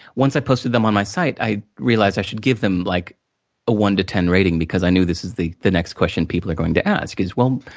once i posted them on my site, i realized i should give them like a one to ten rating, because i knew this is the the next question people are going to ask. is, well, um